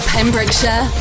Pembrokeshire